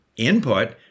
input